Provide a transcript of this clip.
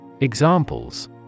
Examples